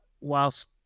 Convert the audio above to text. Whilst